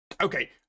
Okay